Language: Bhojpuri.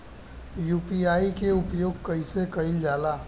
यू.पी.आई के उपयोग कइसे कइल जाला?